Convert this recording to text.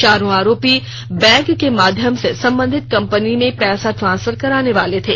चारों आरोपी बैंक के माध्यम से संबंधित कंपनी में पैसा ट्रांसफर कराने वाले थे